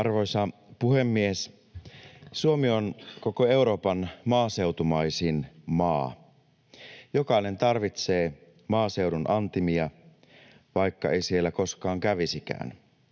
Arvoisa puhemies! Suomi on koko Euroopan maaseutumaisin maa. Jokainen tarvitsee maaseudun antimia, vaikka ei siellä koskaan kävisikään.